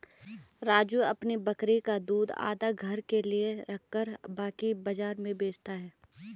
राजू अपनी बकरी का दूध आधा घर के लिए रखकर बाकी बाजार में बेचता हैं